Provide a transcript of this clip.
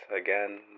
again